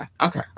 okay